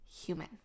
human